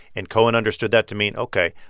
and cohen understood that to mean, ok.